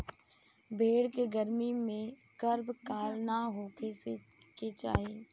भेड़ के गर्मी में गर्भकाल ना होखे के चाही